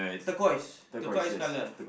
turquoise turquoise colour